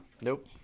Nope